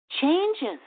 Changes